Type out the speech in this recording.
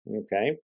okay